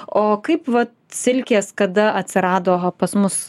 o kaip vat silkės kada atsirado pas mus